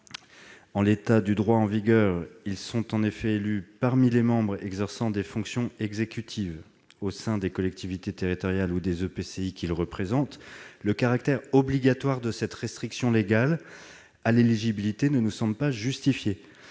En l'état actuel du droit, ceux-ci sont élus parmi les membres exerçant des fonctions exécutives au sein des collectivités territoriales ou des EPCI qu'ils représentent. Le caractère obligatoire de cette restriction légale à l'éligibilité ne nous semble pas justifié.